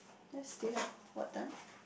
yes still have what time